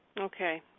Okay